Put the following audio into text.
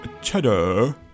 cheddar